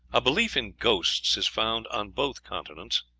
a belief in ghosts is found on both continents.